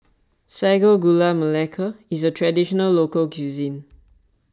Sago Gula Melaka is a Traditional Local Cuisine